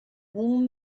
warn